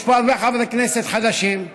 יש פה הרבה חברי כנסת חדשים,